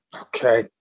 Okay